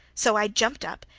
so i jumped up,